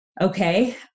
okay